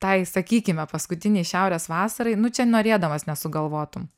tai sakykime paskutinei šiaurės vasarai nu čia norėdamas nesugalvotum